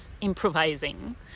improvising